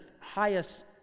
highest